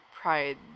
Pride